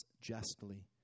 justly